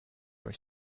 were